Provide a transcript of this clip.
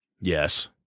Yes